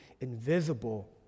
invisible